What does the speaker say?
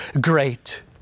great